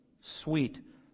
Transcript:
sweet